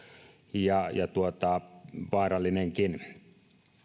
ja vaarallinenkin